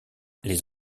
les